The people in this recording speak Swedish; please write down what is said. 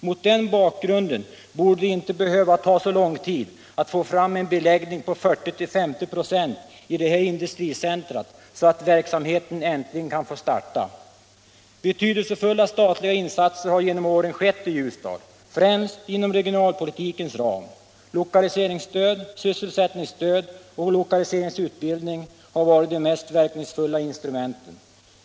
Mot den bakgrunden borde det inte behöva ta så lång tid att få fram en beläggning på 40-50 96 i detta industricentrum så att verksamheten äntligen kan få starta. Betydelsefulla statliga insatser har genom åren skett i Ljusdal, främst inom regionalpolitikens ram. Lokaliseringsstöd, sysselsättningsstöd och lokaliseringsutbildning har varit de mest verkningsfulla instrumenten.